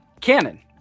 Canon